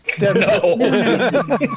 no